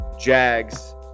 Jags